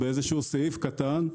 באיזשהו סעיף קטן,